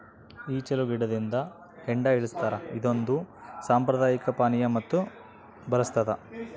ಈಚಲು ಗಿಡದಿಂದ ಹೆಂಡ ಇಳಿಸ್ತಾರ ಇದೊಂದು ಸಾಂಪ್ರದಾಯಿಕ ಪಾನೀಯ ಮತ್ತು ಬರಸ್ತಾದ